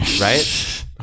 Right